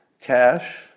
cash